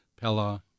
Pella